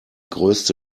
größte